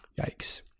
Yikes